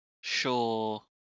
sure